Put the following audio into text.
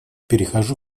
перехожу